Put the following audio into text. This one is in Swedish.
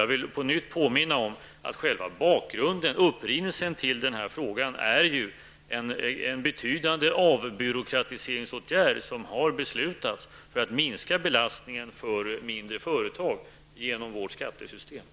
Jag vill på nytt påminna om att själva upprinnelsen till frågan är en betydande avbyråkratiseringsåtgärd som man har fattat beslut om för att minska den belastning som vårt skattesystem innebär för mindre företag.